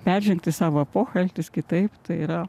peržengti savo epochą elgtis kitaip tai yra